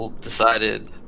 decided